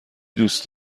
دوست